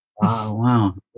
wow